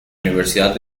universidad